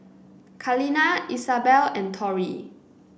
Kaleena Isabell and Tori